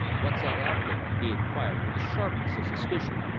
what's that outfit? he inquired with the sharpness of suspicion.